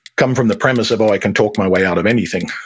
come from the premise of, oh, i can talk my way out of anything.